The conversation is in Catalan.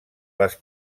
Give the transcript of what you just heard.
les